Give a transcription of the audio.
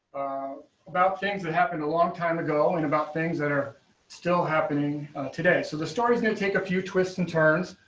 about things that happened a long time ago and about things that are still happening today. so the story is going to take a few twists and turns.